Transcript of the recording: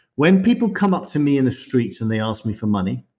when people come up to me in the streets and they ask me for money,